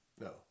No